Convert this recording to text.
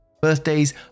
Birthdays